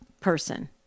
person